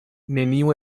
neniu